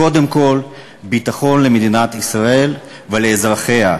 קודם כול, ביטחון למדינת ישראל ולאזרחיה.